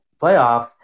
playoffs